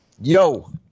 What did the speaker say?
yo